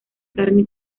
carne